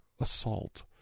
assault